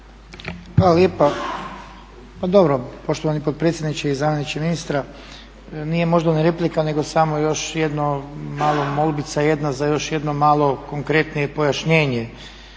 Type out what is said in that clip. Hvala lijepa. Pa dobro poštovani potpredsjedniče i zamjeniče ministra, nije možda ni replika nego samo još jedna mala molbica jedna za još jedno malo konkretnije pojašnjenje.